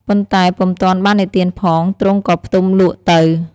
ប៉ុន្តែពុំទាន់បាននិទានផង ទ្រង់ក៏ផ្ទំលក់ទៅ។